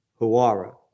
Huara